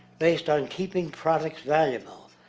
based on keeping products valuable.